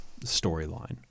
storyline